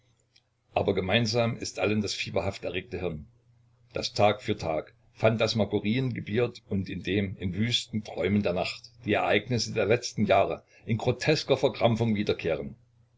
aber gemeinsam ist allen das fieberhaft erregte hirn das tag für tag phantasmagorien gebiert und in dem in wüsten träumen der nacht die ereignisse der letzten jahre in grotesker verkrampfung wiederkehren